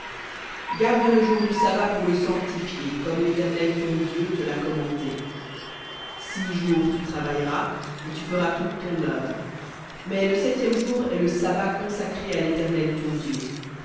garde le jour du sabbat pour le sanctifier comme l'éternel ton dieu te l'a commandé six jours tu travailleras et tu feras toute ton œuvre mais le septième jour est le sabbat à l'éternel ton dieu